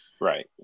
Right